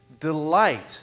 Delight